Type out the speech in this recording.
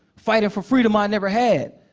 fighting for freedom i never had.